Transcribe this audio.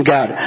God